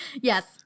yes